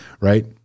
Right